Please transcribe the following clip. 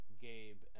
Gabe